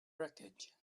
wreckage